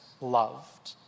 loved